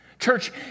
Church